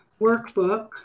workbook